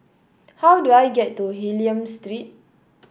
how do I get to Hylam Street